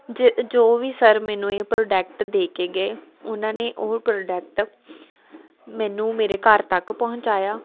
ਜ ਜੋ ਵੀ ਸਰ ਮੈਨੂੰ ਇਹ ਪ੍ਰੋਡਕਟ ਦੇ ਕੇ ਗਏ ਉਹਨਾਂ ਨੇ ਉਹ ਪ੍ਰੋਡਕਟ ਮੈਨੂੰ ਮੇਰੇ ਘਰ ਤੱਕ ਪਹੁੰਚਾਇਆ